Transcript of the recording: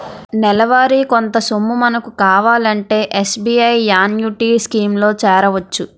నెలవారీ కొంత సొమ్ము మనకు కావాలంటే ఎస్.బి.ఐ యాన్యుటీ స్కీం లో చేరొచ్చు